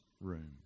room